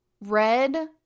red